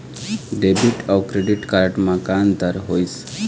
Debit अऊ credit card म का अंतर होइस?